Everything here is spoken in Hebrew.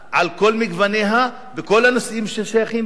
על כל גווניה, בכל הנושאים ששייכים לה,